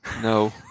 No